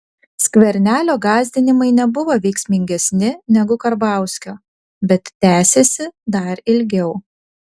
skvernelio gąsdinimai nebuvo veiksmingesni negu karbauskio bet tęsėsi dar ilgiau